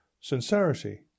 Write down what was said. sincerity